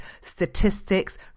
statistics